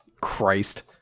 Christ